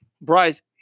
Bryce